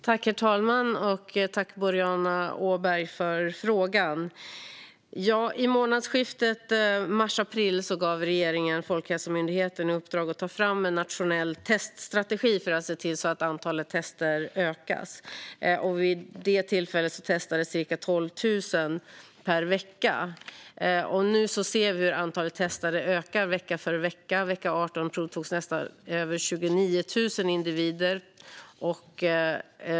Herr talman! Tack, Boriana Åberg, för frågan! I månadsskiftet mars-april gav regeringen Folkhälsomyndigheten i uppdrag att ta fram en nationell teststrategi för att se till att antalet tester ökas. Vid detta tillfälle testades ca 12 000 personer per vecka. Nu ser vi hur antalet testade ökar vecka för vecka - vecka 18 togs prov på över 29 000 individer.